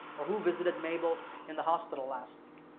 or who visited mabel in the hospital last week?